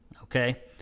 Okay